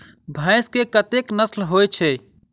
भैंस केँ कतेक नस्ल होइ छै?